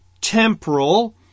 temporal